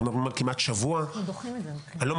אנחנו מדברים על כמעט שבוע.